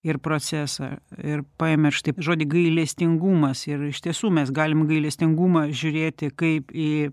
ir procesą ir paėmėt štai žodį gailestingumas ir iš tiesų mes galim į gailestingumą žiūrėti kaip į